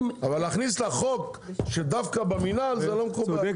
אבל להכניס לחוק שדווקא במינהל, זה לא מקובל.